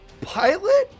Pilot